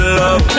love